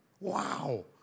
Wow